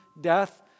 death